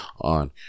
on